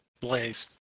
Blaze